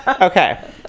Okay